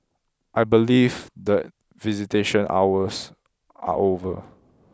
I believe the visitation hours are over